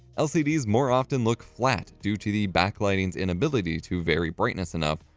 lcds more often look flat due to the backlighting's inability to vary brightness enough,